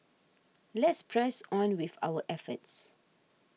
let's press on with our efforts